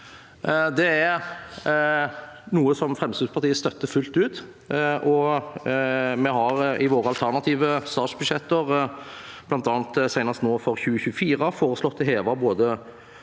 Det er noe Fremskrittspartiet støtter fullt ut, og vi har i våre alternative statsbudsjetter, bl.a. senest nå for 2024, foreslått å heve både